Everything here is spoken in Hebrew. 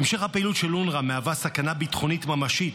המשך הפעילות של אונר"א מהווה סכנה ביטחונית ממשית